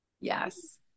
Yes